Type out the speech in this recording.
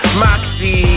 moxie